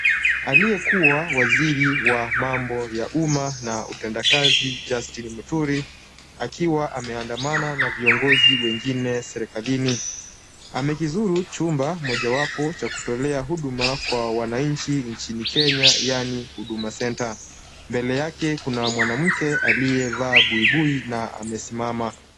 Aliyekuwa waziri wa mambo ya umma na utendakazi Justin Muturi akiwa ameandamana na viongozi wengine serikalini amekizuru jumba mojawapo cha kutolea huduma kwa wananchi nchini Kenya yaani Huduma Centre. Mbele yake kuna mwanamke aliyevaa buibui na amesimama.